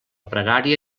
pregària